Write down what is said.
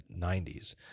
90s